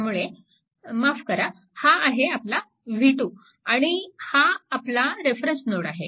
त्यामुळे माफ करा हा आहे आपला v2 आणि हा आपला रेफरन्स नोड आहे